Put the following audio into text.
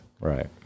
Right